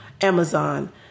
Amazon